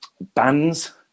Bands